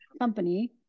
company